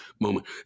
moment